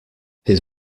his